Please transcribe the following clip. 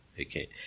Okay